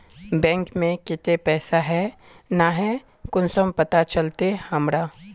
Bank में केते पैसा है ना है कुंसम पता चलते हमरा?